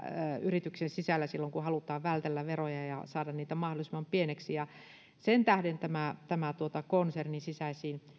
yrityksen sisällä silloin kun halutaan vältellä veroja ja saada niitä mahdollisimman pieniksi sen tähden myöskin tämä konsernin sisäisiin